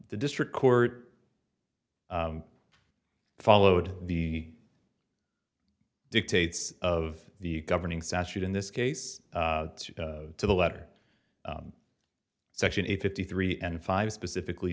the district court followed the dictates of the governing statute in this case to the letter section eight fifty three and five specifically